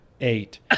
Eight